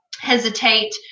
hesitate